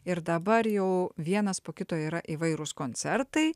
ir dabar jau vienas po kito yra įvairūs koncertai